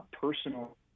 personal